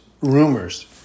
rumors